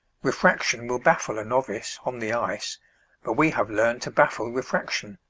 refraction will baffle a novice, on the ice but we have learned to baffle refraction.